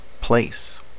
place